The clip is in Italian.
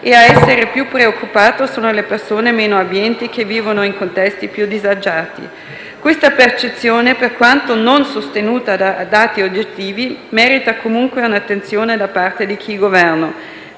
e a essere più preoccupate sono le persone meno abbienti, che vivono in contesti più disagiati. Questa percezione, per quanto non sostenuta da dati oggettivi, merita comunque un'attenzione da parte di chi è al